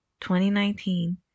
2019